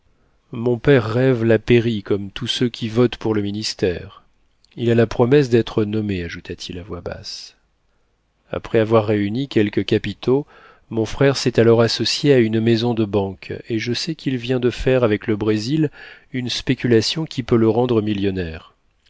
mon père rêve la pairie comme tous ceux qui votent pour le ministère il a la promesse d'être nommé ajouta-t-il à voix basse après avoir réuni quelques capitaux mon frère s'est alors associé à une maison de banque et je sais qu'il vient de faire avec le brésil une spéculation qui peut le rendre millionnaire